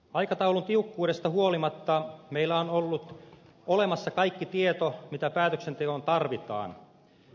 aikataulun tiukkuudesta huolimatta meillä on ollut olemassa kaikki tieto mitä päätöksentekoon tarvitaan